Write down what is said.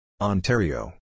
Ontario